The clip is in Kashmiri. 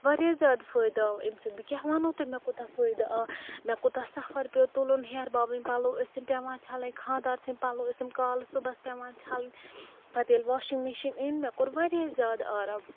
واریاہ زیادٕ فٲیدٕ آو اَمہِ سۭتۍ بہٕ کیٛاہ وَنہو تۄہہِ مےٚ کوٗتاہ فٲیدٕ آو مےٚ کوٗتاہ سفر پیٛو تُلُن ہیرٕبابٕنۍ پَلوٚو ٲسِم پیٚوان چھَلٕنۍ خانٛدار سٕنٛدۍ پَلوٚو ٲسِم کالہٕ صُبَحس پیٚوان چھَلٕنۍ پتہٕ ییٚلہِ واشِنٛگ مِشیٖن أنۍ مےٚ کوٚر واریاہ زیادٕ آرام